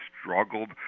struggled